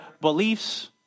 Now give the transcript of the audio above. beliefs